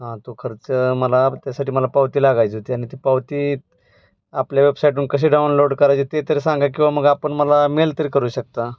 हां तो खर्च मला त्यासाठी मला पावती लागायची होती आणि ती पावती आपल्या वेबसाईटवरून कशी डाऊनलोड करायची ते तरी सांगा किंवा मग आपण मला मेल तरी करू शकता